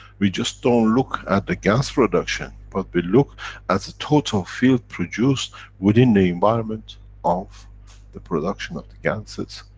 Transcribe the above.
we just don't look at the gans production but we look as a total field produced within the environment of the production of the ganses,